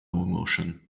emotion